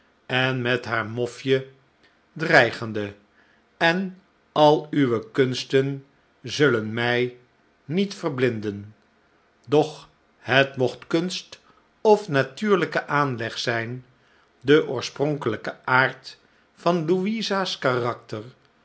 en met haar mofje dreigende enal uwekunsten zullen mij niet verblinden doch het mocht kunst of natuurliike aanleg zijn de oorspronkelijke aard van louisa's karakter